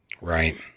Right